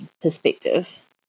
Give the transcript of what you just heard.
perspective